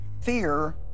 Fear